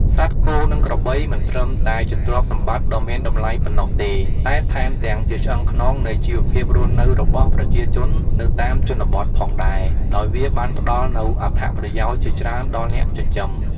សត្វគោ និងក្របីមិនត្រឹមតែជាទ្រព្យសម្បត្តិដ៏មានតម្លៃប៉ុណ្ណោះទេ តែថែមទាំងជាឆ្អឹងខ្នងនៃជីវភាពរស់នៅរបស់ប្រជាជននៅតាមជនបទផងដែរ ដោយវាបានផ្ដល់នូវអត្ថប្រយោជន៍ជាច្រើនដល់អ្នកចិញ្ចឹម។